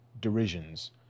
derisions